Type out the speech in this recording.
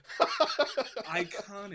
Iconic